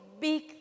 big